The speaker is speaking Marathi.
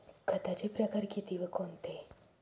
खताचे प्रकार किती व कोणते?